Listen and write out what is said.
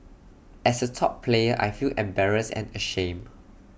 as A top player I feel embarrassed and ashamed